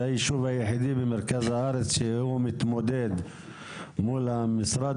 זה היישוב היחידי במרכז הארץ שהוא מתמודד מול המשרד